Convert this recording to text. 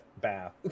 bath